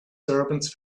servants